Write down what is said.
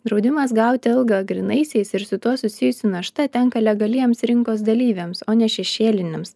draudimas gauti algą grynaisiais ir su tuo susijusi našta tenka legaliems rinkos dalyviams o ne šešėliniams